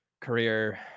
career